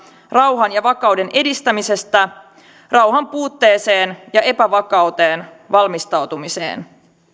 rauhan ja vakauden edistämisestä rauhan puutteeseen ja epävakauteen valmistautumiseen